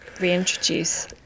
reintroduce